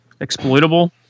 exploitable